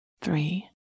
three